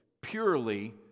purely